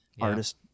artist